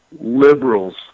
liberals